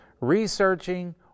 researching